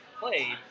played